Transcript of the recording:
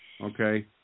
Okay